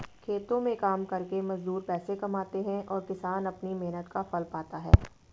खेतों में काम करके मजदूर पैसे कमाते हैं और किसान अपनी मेहनत का फल पाता है